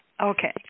Okay